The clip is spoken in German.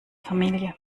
familie